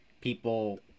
people